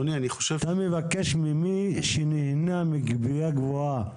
אתה מבקש ממי שנהנה מגבייה גבוהה